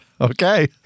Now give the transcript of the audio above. Okay